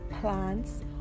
plants